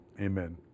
Amen